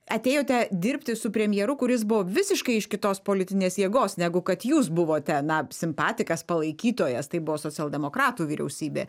atėjote dirbti su premjeru kuris buvo visiškai iš kitos politinės jėgos negu kad jūs buvote na simpatikas palaikytojas tai buvo socialdemokratų vyriausybė